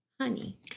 honey